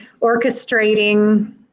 orchestrating